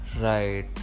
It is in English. Right